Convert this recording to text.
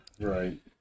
Right